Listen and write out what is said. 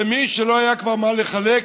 למי שלא היה כבר מה לחלק לו,